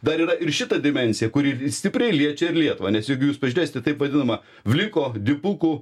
dar yra ir šita dimensija kuri stipriai liečia ir lietuvą nes jeigu jūs pažiūrėsite taip vadinamą vliko dipukų